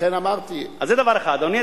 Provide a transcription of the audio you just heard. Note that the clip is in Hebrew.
אז זה דבר אחד, אדוני.